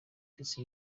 ndetse